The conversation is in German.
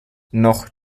noch